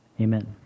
amen